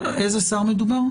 איזה שר מדובר?